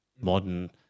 modern